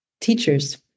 teachers